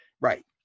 Right